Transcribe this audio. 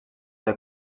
del